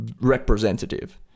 representative